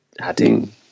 adding